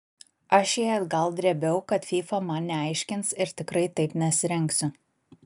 aš jai atgal drėbiau kad fyfa man neaiškins ir tikrai taip nesirengsiu